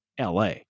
la